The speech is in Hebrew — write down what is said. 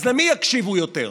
אז למי יקשיבו יותר,